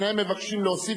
שניהם מבקשים להוסיף,